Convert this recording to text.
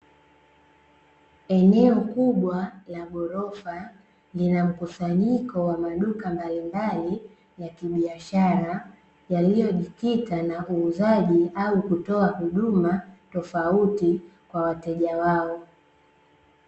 Eneo kubwa la ghorofa lina mkusanyiko wa maduka mbalimbali ya kibiashara, yaliyojikita na uuzaji au kutoa huduma tofauti kwa wateja wao.